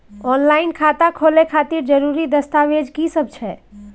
Online खाता खोले खातिर जरुरी दस्तावेज की सब छै?